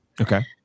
Okay